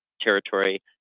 territory